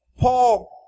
Paul